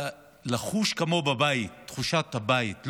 לחוש כמו בבית, תחושת הבית.